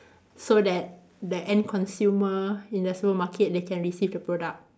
so that that end consumer in the supermarket they can receive the product